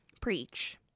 preach